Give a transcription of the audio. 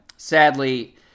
Sadly